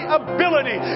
ability